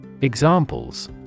Examples